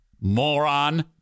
moron